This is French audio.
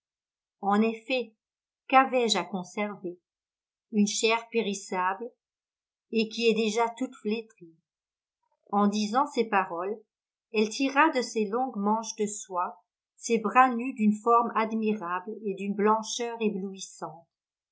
en effet quavais je à conserver une chair périssable et qui est déjà toute flétrie en disant ces paroles elle tira de ses longues manches de soie ses bras nus d'une forme admirable et d'une blancheur éblouissante